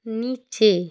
নিচে